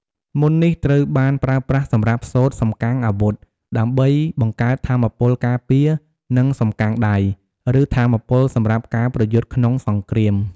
មន្តនេះត្រូវបានប្រើប្រាស់សម្រាប់សូត្រសំកាំងអាវុធ ដើម្បីបង្កើតថាមពលការពារ និងសំកាំងដៃ ឬថាមពលសម្រាប់ការប្រយុទ្ធក្នុងសង្គ្រាម។